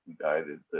guided